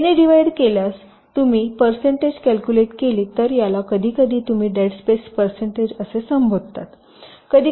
तर A ने divide केल्यासजर तुम्ही परसेन्टेज कॅल्कुलेट केली तर याला कधीकधी तुम्ही डेड स्पेस परसेन्टेज असे संबोधता